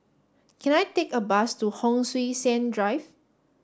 can I take a bus to Hon Sui Sen Drive